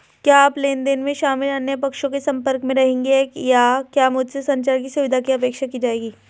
क्या आप लेन देन में शामिल अन्य पक्षों के संपर्क में रहेंगे या क्या मुझसे संचार की सुविधा की अपेक्षा की जाएगी?